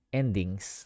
endings